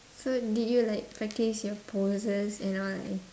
so did you like practice your poses and all